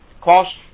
Cost